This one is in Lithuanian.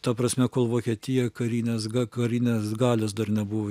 ta prasme kol vokietija karinės karinės galios dar nebuvo